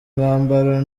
mwambaro